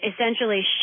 essentially